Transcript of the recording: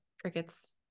crickets